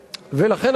לכן,